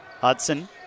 Hudson